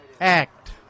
act